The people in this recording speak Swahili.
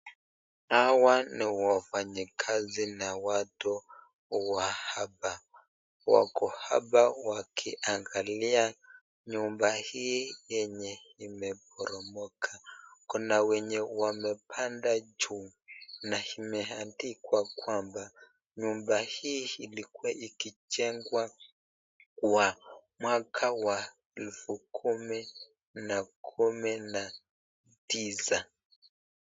Hawa ni wafanyakazi na watu wa hapa. Wako hapa kuangalia nyumba hii yenye imeporomoka. Kuna wenye wamepanda juu na imeandwa kwamba nyumba hii ilikuwa ikijegwa kwa mwaka wa 10109.